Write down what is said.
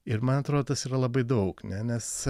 ir man atrodo tas yra labai daug ne nes